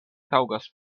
taŭgas